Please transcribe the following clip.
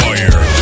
Fire